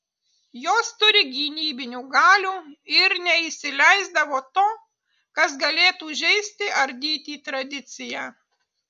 jos turi gynybinių galių ir neįsileisdavo to kas galėtų žeisti ardyti tradiciją